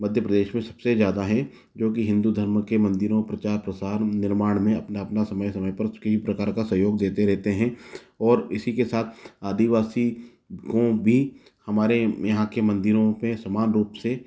मध्य प्रदेश मे सबसे ज़्यादा हैं क्योंकि हिन्दू धर्म के मंदिरों प्रचार प्रसार मंदिर निर्माण मे अपना अपना समय समय पर कई प्रकार का सहयोग देते रहते हैं और इसी के साथ आदिवासी को भी हमारे यहाँ के मंदिरों पे समान से